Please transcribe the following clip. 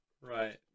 Right